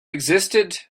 existed